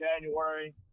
January